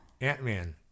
Ant-Man